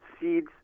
seeds